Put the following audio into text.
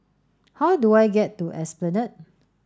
how do I get to Esplanade